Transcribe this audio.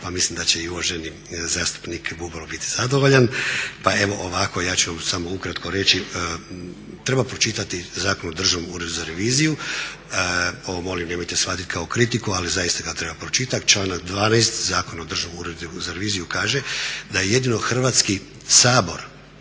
pa mislim da će i uvaženi zastupnik Bubalo biti zadovoljan. Evo ovako, ja ću vam samo ukratko reći, treba pročitati Zakon o Državnom uredu za reviziju, ovo molim nemojte shvatiti kao kritiku ali zaista ga treba pročitati. Članak 12. Zakona o Državnom uredu za reviziju kaže da jedino Hrvatski sabor